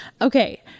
okay